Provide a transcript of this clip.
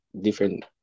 different